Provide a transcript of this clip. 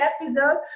episode